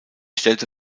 stellte